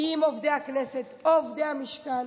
עם עובדי הכנסת, עובדי המשכן,